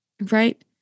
right